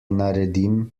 naredim